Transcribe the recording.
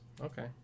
okay